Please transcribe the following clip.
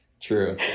True